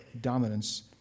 dominance